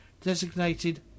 designated